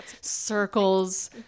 circles